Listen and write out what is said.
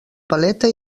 paleta